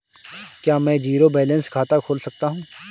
क्या मैं zero balance खाता खोल सकता हूँ?